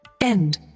End